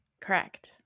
correct